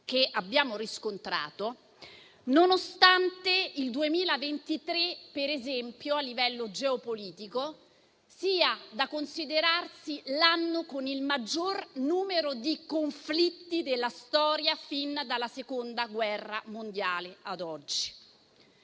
che abbiamo riscontrato nonostante il 2023, a livello geopolitico, sia da considerarsi l'anno con il maggior numero di conflitti della storia dalla Seconda guerra mondiale ad oggi.